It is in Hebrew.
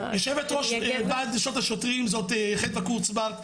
יושבת ראש ועד נשות השוטרים זאת חדווה קורצברג,